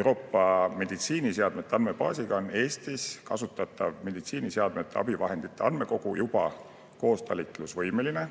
Euroopa meditsiiniseadmete andmebaas on Eestis kasutatava meditsiiniseadmete ja abivahendite andmekoguga koostalitlusvõimeline,